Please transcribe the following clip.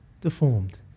deformed